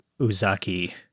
Uzaki